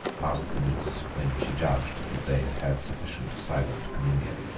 asked the niece, when she judged that they had had sufficient silent communion.